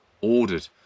ordered